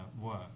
work